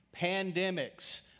pandemics